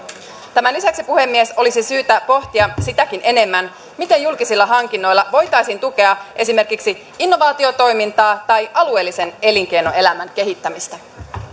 tämän lisäksi puhemies olisi syytä pohtia sitäkin enemmän miten julkisilla hankinnoilla voitaisiin tukea esimerkiksi innovaatiotoimintaa tai alueellisen elinkeinoelämän kehittämistä